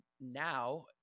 now